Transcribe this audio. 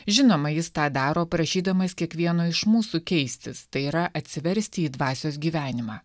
žinoma jis tą daro prašydamas kiekvieno iš mūsų keistis tai yra atsiversti į dvasios gyvenimą